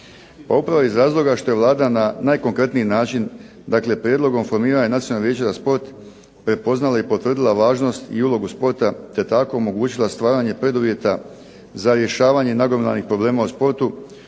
upravo iz razloga što je Vlada na najkonkretniji način, dakle prijedlogom formiranja Nacionalnog vijeća za sport prepoznala i potvrdila važnost i ulogu sporta, te tako omogućila stvaranje preduvjeta za rješavanje nagomilanih problema u sportu,